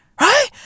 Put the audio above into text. right